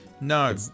No